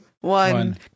one